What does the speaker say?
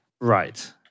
Right